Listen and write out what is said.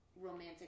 romantic